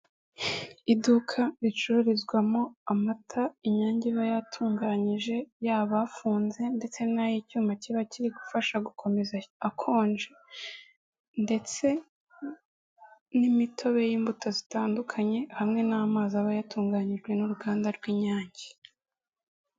Iduka ricururizwamo amata inyange iba yatunganyije yaba afunze ndetse n'ay'icyuma kiba kiri gufasha gukomeza akonje ndetse n'imitobe y'imbuto zitandukanye hamwe n'amazi aba yatunganyijwe n'uruganda rw'inyange.